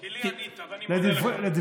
כי לי ענית, ואני מודה לך.